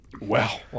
Wow